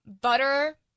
butter